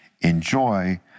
enjoy